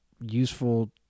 useful